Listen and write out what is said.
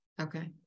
Okay